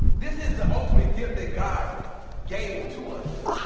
this is the ultimate gift that god gave to us,